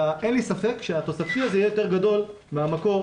אין לי ספק שהתוספתי הזה יהיה יותר גדול מהמקור,